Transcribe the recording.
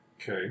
Okay